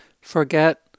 Forget